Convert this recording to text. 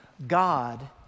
God